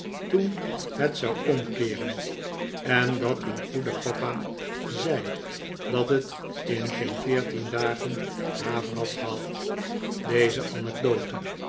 toen het zou omkeeren en dat uw goede papa zei dat het in geen veertien dagen haver had gehad deze anecdote